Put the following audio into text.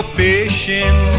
fishing